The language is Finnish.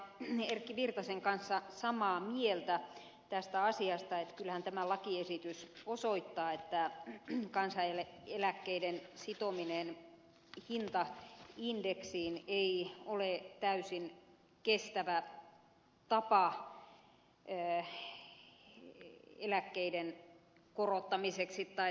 erkki virtasen kanssa samaa mieltä tästä asiasta että kyllähän tämä lakiesitys osoittaa että kansaneläkkeiden sitominen hintaindeksiin ei ole täysin kestävä tapa eläkkeiden korottamiseksi tai eläkepolitiikassa